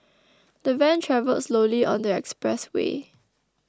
the van travelled slowly on the expressway